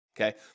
Okay